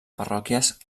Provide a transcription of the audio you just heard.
parròquies